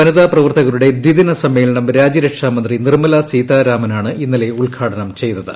വനിതാ പ്രവർത്തകരുടെ ദ്വിദിന സമ്മേളനം രാജ്യ രക്ഷാ മന്ത്രി നിർമ്മലാ സീതാരാമനാണ് ഇന്നലെ ഉദ്ഘാടനം ചെയ്തത്